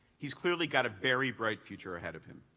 he's clearly got a very bright future ahead of him.